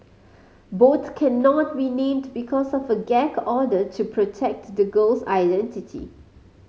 both cannot be named because of a gag order to protect the girl's identity